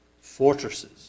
fortresses